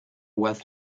worth